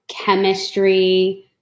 chemistry